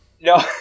No